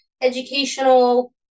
Educational